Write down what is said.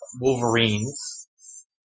Wolverines